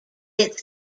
its